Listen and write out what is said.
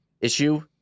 issue